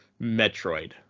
Metroid